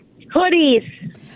hoodies